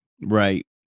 Right